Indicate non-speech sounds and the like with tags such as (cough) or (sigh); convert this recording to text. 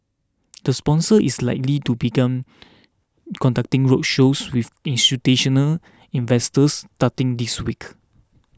the sponsor is likely to begun (noise) conducting roadshows with institutional investors starting this week